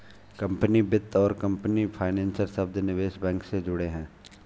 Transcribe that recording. company वित्त और company financer शब्द निवेश बैंक से जुड़े हैं